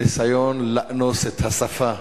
ניסיון לאנוס את השפה,